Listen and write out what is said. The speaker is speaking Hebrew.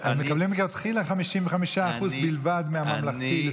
הם מקבלים מלכתחילה 55% בלבד מהממלכתי,